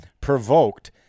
provoked